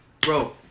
Bro